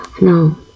No